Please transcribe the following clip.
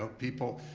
ah people